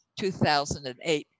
2008